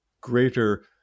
greater